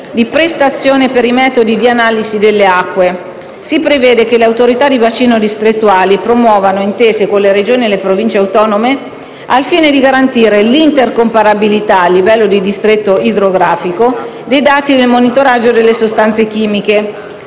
di prestazione per i metodi di analisi delle acque. Si prevede che le autorità di bacino distrettuali promuovano intese con le Regioni e le Province autonome al fine di garantire l'intercomparabilità, a livello di distretto idrografico, dei dati del monitoraggio delle sostanze chimiche